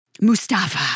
Mustafa